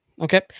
okay